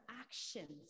actions